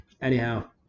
Anyhow